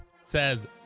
says